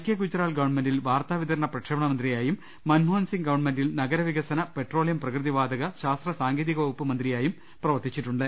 K Gujral ഗവൺമെന്റിൽ വാർത്താ വിതരണ പ്രക്ഷേപണ മന്ത്രിയായും മൻമോഹൻസിംഗ് ഗവൺമെന്റിൽ നഗര വികസന പെട്രോളിയം പ്രകൃതി വാതക ശാസ്ത്ര സാങ്കേ തിക വകുപ്പ് മന്ത്രിയായും പ്രവർത്തിച്ചിട്ടുണ്ട്